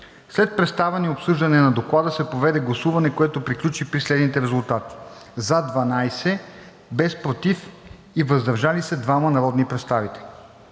След представяне и обсъждане на Доклада се проведе гласуване, което приключи при следните резултати: „за“ 12, без „против“ и „въздържал се“ 2 народни представители.